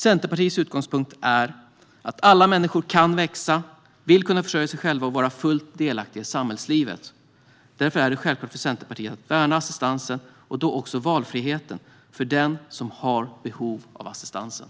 Centerpartiets utgångspunkt är att alla människor kan växa och vill kunna försörja sig själva och vara fullt delaktiga i samhällslivet. Därför är det självklart för Centerpartiet att värna assistansen - och valfriheten för den som har behov av assistansen.